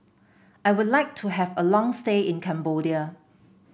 I would like to have a long stay in Cambodia